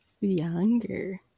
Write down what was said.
younger